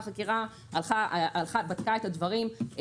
בדקה את הדברים,